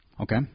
Okay